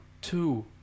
two